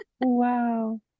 Wow